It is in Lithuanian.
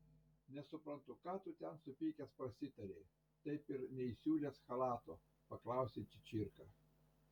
nesuprantu ką tu ten supykęs prasitarei taip ir neįsiūlęs chalato paklausė čičirka